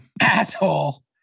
asshole